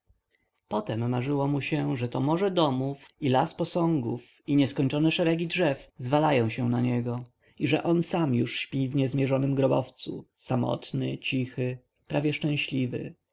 potem marzyło mu się że to morze domów i las posągów i nieskończone szeregi drzew zwalają się na niego i że on sam już śpi w niezmiernym grobowcu samotny cichy prawie szczęśliwy